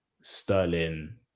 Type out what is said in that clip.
sterling